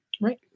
Right